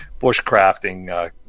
bushcrafting